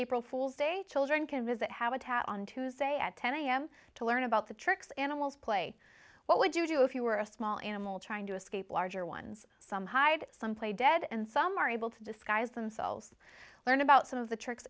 april fool's day children can visit habitat on tuesday at ten am to learn about the tricks animals play what would you do if you were a small animal trying to escape larger ones some hide some play dead and some are able to disguise themselves learn about some of the tricks